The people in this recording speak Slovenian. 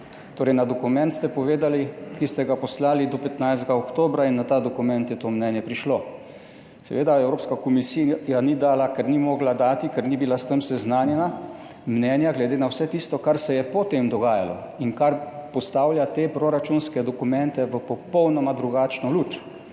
dokumentu, za katerega ste povedali, da ste ga poslali do 15. oktobra in na ta dokument je prišlo to mnenje. Seveda ga Evropska komisija ni dala, ker ga ni mogla dati, ker ni bila s tem seznanjena, mnenja o vsem tistem, kar se je potem dogajalo in kar postavlja te proračunske dokumente v popolnoma drugačno luč.